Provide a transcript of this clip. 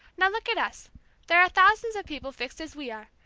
now, look at us there are thousands of people fixed as we are.